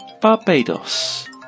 Barbados